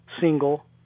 single